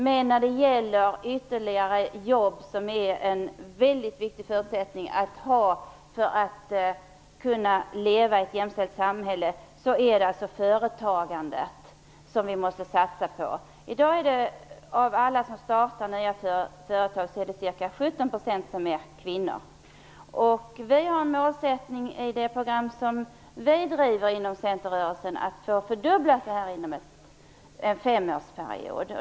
Men när det gäller ytterligare jobb - och det är ju en viktig förutsättning för att vi skall kunna leva i ett jämställt samhälle - är det företagandet som vi måste satsa på. Av dem som startar nya företag är ca 17 % kvinnor. I det program som vi i centerrörelsen driver har vi målsättningen att nå en fördubbling här under en femårsperiod.